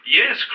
Yes